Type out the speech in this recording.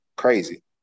crazy